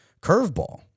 curveball